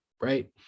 right